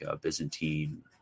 Byzantine